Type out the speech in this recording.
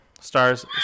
stars